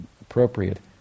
appropriate